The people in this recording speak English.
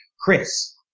Chris